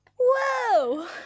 whoa